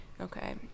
Okay